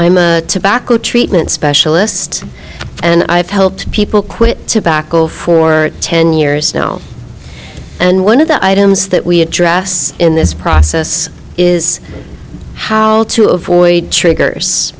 am a tobacco treatment specialist and i have helped people quit tobacco for ten years now and one of the items that we address in this process is how to avoid triggers